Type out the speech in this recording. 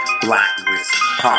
Blackness